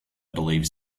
believes